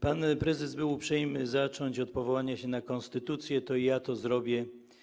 Pan prezes był uprzejmy zacząć od powołania się na konstytucję, to i ja to zrobię.